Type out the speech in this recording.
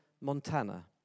Montana